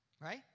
Right